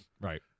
Right